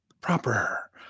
Proper